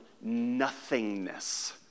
nothingness